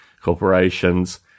corporations